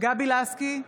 גבי לסקי,